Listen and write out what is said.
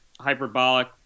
hyperbolic